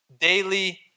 Daily